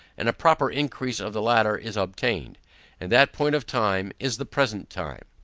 and a proper increase of the latter is obtained and that point of time is the present time.